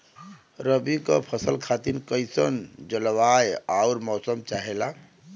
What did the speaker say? रबी क फसल खातिर कइसन जलवाय अउर मौसम चाहेला?